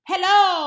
Hello